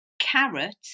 carrot